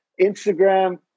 Instagram